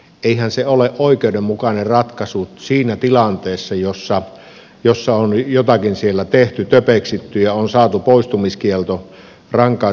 eihän se ole oikeudenmukainen ratkaisu siinä tilanteessa jossa on jotakin siellä tehty töpeksitty ja on saatu poistumiskielto rankaisu